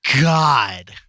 God